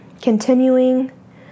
Continuing